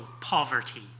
poverty